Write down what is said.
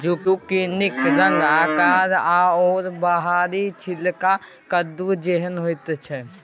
जुकिनीक रंग आकार आओर बाहरी छिलका कद्दू जेहन होइत छै